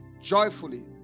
joyfully